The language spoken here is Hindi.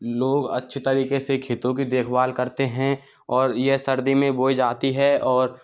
लोग अच्छे तरीके से खेतों की देखभाल करते हैं और यह सर्दी में बोई जाती है और